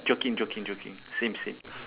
joking joking joking same same